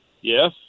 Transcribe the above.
Yes